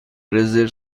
رزرو